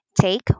Take